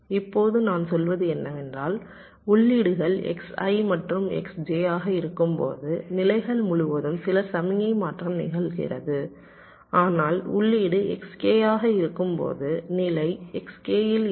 இப்போது நான் சொல்வது என்னவென்றால் உள்ளீடுகள் Xi மற்றும் Xj ஆக இருக்கும்போது நிலைகள் முழுவதும் சில சமிக்ஞை மாற்றம் நிகழ்கிறது ஆனால் உள்ளீடு Xk ஆக இருக்கும் போது நிலை Xk இல் இருக்கும்